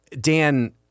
Dan